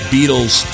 Beatles